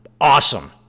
awesome